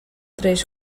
três